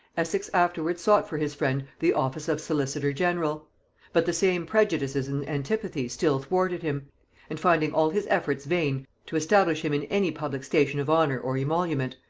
essex afterwards sought for his friend the office of solicitor-general but the same prejudices and antipathies still thwarted him and finding all his efforts vain to establish him in any public station of honor or emolument,